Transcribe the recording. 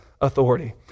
authority